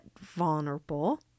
vulnerable